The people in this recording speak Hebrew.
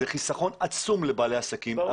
זה חסכון עצום לבעלי העסקים.